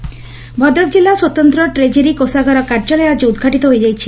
treasury ଉଦ୍ଘାଟିତ ଭଦ୍ରକ ଜିଲ୍ଲା ସ୍ୱତନ୍ତ ଟ୍ରେଜେରୀ କୋଷାଗାର କାର୍ଯ୍ୟାଳୟ ଆଜି ଉଦ୍ଘାଟିତ ହୋଇଯାଇଛି